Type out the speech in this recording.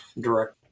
direct